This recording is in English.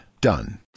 done